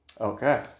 Okay